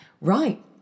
Right